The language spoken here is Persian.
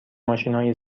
ماشینهای